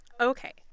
Okay